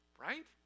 Right